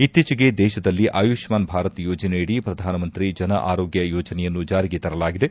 ಇತ್ತೀಚೆಗೆ ದೇಶದಲ್ಲಿ ಆಯುಷ್ಮಾನ್ ಭಾರತ್ ಯೋಜನೆಯಡಿ ಪ್ರಧಾನಮಂತ್ರಿ ಜನ ಆರೋಗ್ಯ ಯೋಜನೆಯನ್ನು ಜಾರಿಗೆ ತರಲಾಗಿದೆ